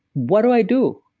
what do i do?